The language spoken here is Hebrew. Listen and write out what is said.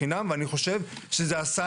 אפשר יהיה להוריד את השלט אבל הייתי מוריד